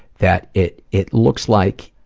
that it it looks like,